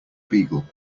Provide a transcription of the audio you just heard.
beagle